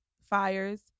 fires